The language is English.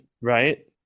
right